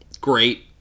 great